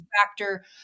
factor